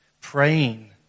praying